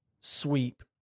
sweep